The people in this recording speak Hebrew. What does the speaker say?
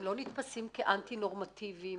הם לא נתפסים כאנטי-נורמטיביים